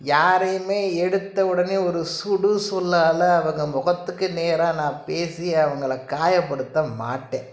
யாரையுமே எடுத்த உடனே ஒரு சுடுசொல்லால அவங்க முகத்துக்கு நேராக நான் பேசி அவங்கள காயப்படுத்த மாட்டேன்